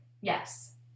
Yes